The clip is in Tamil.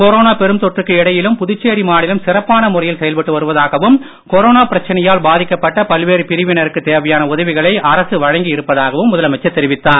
கொரோனா பெரும் தொற்றுக்கு இடையிலும் புதுச்சேரி மாநிலம் முறையில் செயல்பட்டு வருவதாகவும் கொரோனா சிறப்பான பிரச்சனையால் பாதிக்கப்பட்ட பல்வேறு பிரிவினருக்கு தேவையான உதவிகளை அரசு வழங்கி இருப்பதாகவும் முதலமைச்சர் தெரிவித்தார்